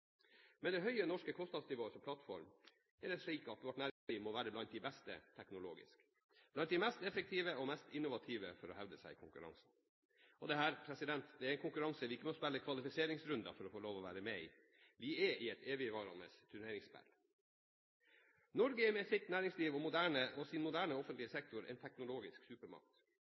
Med det høye norske kostnadsnivået som plattform er det slik at vårt næringsliv må være blant de beste teknologisk og blant de mest effektive og innovative for å hevde seg i konkurransen. Dette er en konkurranse vi ikke må spille kvalifiseringsrunder for å få være med i. Vi er i et evigvarende turneringsspill. Norge er med sitt næringsliv og sin moderne offentlige sektor en teknologisk supermakt.